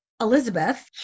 Elizabeth